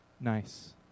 nice